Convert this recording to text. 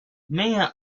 mayer